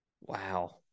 wow